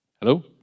Hello